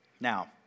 Now